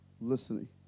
listening